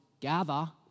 gather